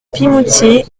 pimoutier